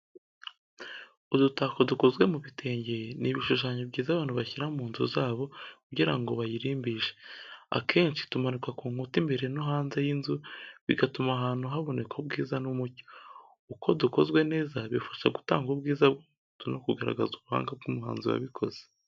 Udu­tako dukozwe mu bitenge ni ibishushanyo byiza abantu bashyira mu nzu zabo kugira ngo bayirimbishe. Akenshi tumanikwa ku nkuta imbere no hanze y’inzu, bigatuma ahantu haboneka ubwiza n’umucyo. Uko dukozwe neza, bifasha gutanga ubwiza bwo mu nzu no kugaragaza ubuhanga bw’umuhanzi wabikoze.